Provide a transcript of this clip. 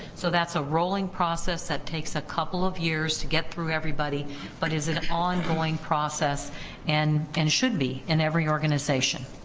so that's a rolling process that takes a couple of years to get through everybody but is an ongoing process and and should be in every organization,